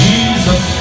Jesus